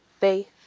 Faith